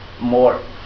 more